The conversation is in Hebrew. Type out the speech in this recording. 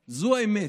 האמת, זו האמת.